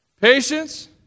Patience